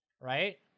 Right